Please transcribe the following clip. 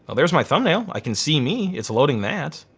there's my thumbnail, i can see me. it's loading that.